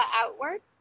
outward